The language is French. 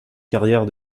carrière